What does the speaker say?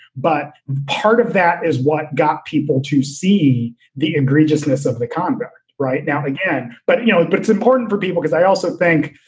but part of that is what got people to see the egregiousness of the congress right now again. but, you know, but it's important for people because i also think,